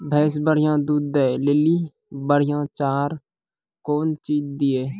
भैंस बढ़िया दूध दऽ ले ली बढ़िया चार कौन चीज दिए?